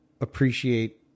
appreciate